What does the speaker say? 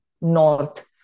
north